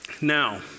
Now